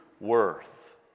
worth